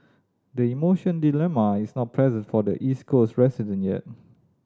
the emotion dilemma is not present for the East Coast resident yet